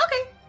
Okay